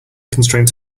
constraints